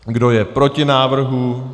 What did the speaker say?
Kdo je proti návrhu?